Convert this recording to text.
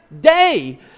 day